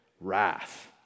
wrath